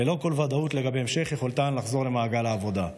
ללא כל ודאות לגבי המשך יכולתן לחזור למעגל העבודה.